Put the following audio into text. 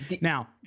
now